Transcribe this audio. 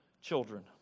children